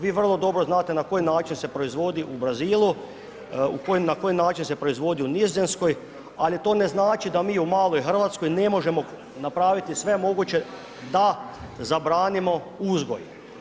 Vi vrlo dobro znate na koji način se proizvodi u Brazilu, na koji način se proizvodi u Nizozemskoj, ali to ne znači da mi u maloj Hrvatskoj ne možemo napraviti sve moguće da zabranimo uzgoj.